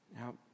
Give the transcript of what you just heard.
Now